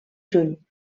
juny